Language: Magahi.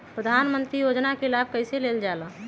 प्रधानमंत्री योजना कि लाभ कइसे लेलजाला?